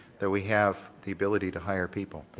that we have the ability to hire people.